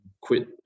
quit